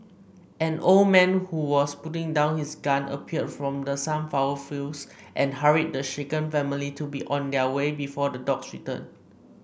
an old man who was putting down his gun appeared from the sunflower fields and hurried the shaken family to be on their way before the dogs return